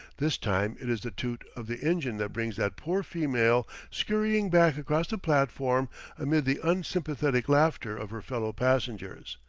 this time it is the toot of the engine that brings that poor female scurrying back across the platform amid the unsympathetic laughter of her fellow-passengers,